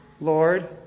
Lord